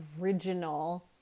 original